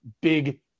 big